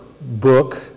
book